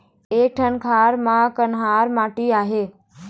एक ठन खार म कन्हार माटी आहे?